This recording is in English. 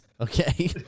okay